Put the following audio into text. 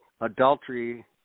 adultery